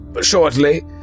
shortly